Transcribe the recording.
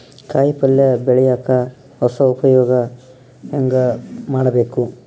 ಕಾಯಿ ಪಲ್ಯ ಬೆಳಿಯಕ ಹೊಸ ಉಪಯೊಗ ಹೆಂಗ ಮಾಡಬೇಕು?